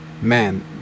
man